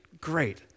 Great